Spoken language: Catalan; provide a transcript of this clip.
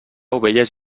ovelles